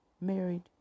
married